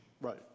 Right